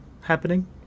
happening